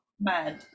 mad